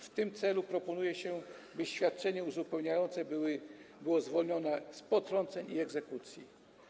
W tym celu proponuje się, by świadczenie uzupełniające było zwolnione z potrąceń i egzekucji.